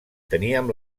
teníem